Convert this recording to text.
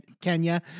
Kenya